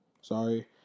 Sorry